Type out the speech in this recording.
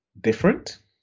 different